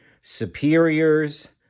superiors